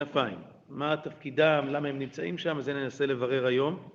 מה תפקידם, למה הם נמצאים שם, זה ננסה לברר היום.